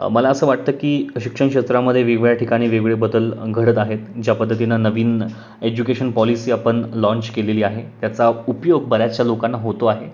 मला असं वाटतं की शिक्षण क्षेत्रामध्ये वेगवेगळ्या ठिकाणी वेगळे बदल घडत आहेत ज्या पद्धतीनं नवीन एज्युकेशन पॉलिसी आपण लॉन्च केलेली आहे त्याचा उपयोग बऱ्याचशा लोकांना होतो आहे